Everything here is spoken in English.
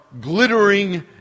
glittering